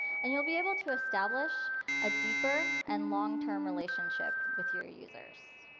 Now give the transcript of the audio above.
and you'll be able to establish a deeper and long-term relationship with your users.